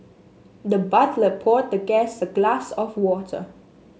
the butler poured the guest a glass of water